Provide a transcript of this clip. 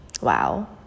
wow